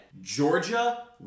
Georgia